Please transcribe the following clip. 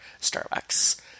Starbucks